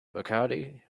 bacardi